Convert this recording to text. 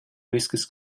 risks